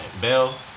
Bell